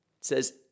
says